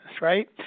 right